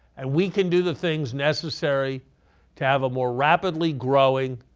and we can do the things necessary to have a more rapidly growing,